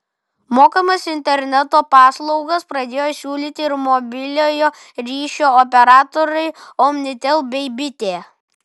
mokamas interneto paslaugas pradėjo siūlyti ir mobiliojo ryšio operatoriai omnitel bei bitė